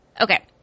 Okay